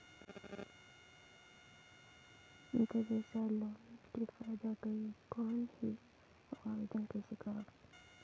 अंतरव्यवसायी लोन के फाइदा कौन हे? अउ आवेदन कइसे करव?